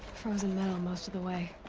frozen metal most of the way.